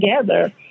together